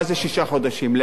מה זה חצי שנה?